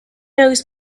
knows